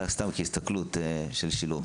זה סתם כהסתכלות על שילוב.